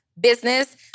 business